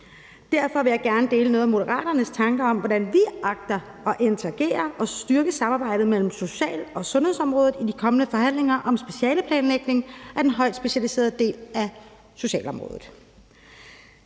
Derfor vil jeg gerne dele nogle af Moderaternes tanker om, hvordan vi agter at interagere og styrke samarbejdet mellem social- og sundhedsområdet i de kommende forhandlinger om specialeplanlægning af den højt specialiserede del af socialområdet.